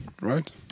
right